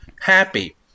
happy